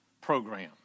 program